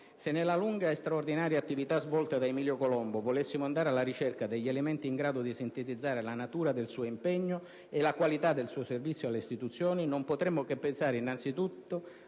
se, nella lunga e straordinaria attività svolta da Emilio Colombo, volessimo andare alla ricerca degli elementi in grado di sintetizzare la natura del suo impegno e la qualità del suo servizio alle istituzioni, non potremmo che pensare innanzitutto